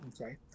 Okay